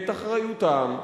את אחריותם,